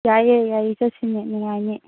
ꯌꯥꯏꯌꯦ ꯌꯥꯏꯌꯦ ꯆꯠꯁꯤꯅꯦ ꯅꯨꯡꯉꯥꯏꯅꯤ